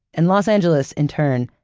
and los angeles, in turn,